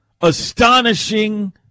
astonishing